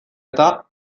eta